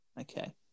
Okay